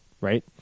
Right